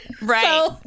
Right